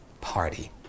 party